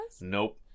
Nope